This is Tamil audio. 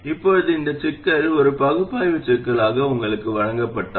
இப்போது இந்த சிக்கல்கள் ஒரு பகுப்பாய்வு சிக்கலாக உங்களுக்கு வழங்கப்பட்டால்